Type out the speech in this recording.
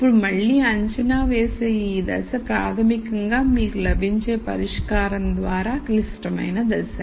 ఇప్పుడు మళ్ళీ అంచనా వేసే ఈ దశ ప్రాథమికంగా మీకు లభించే పరిష్కారం ద్వారా క్లిష్టమైన దశ